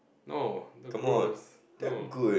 no the gross no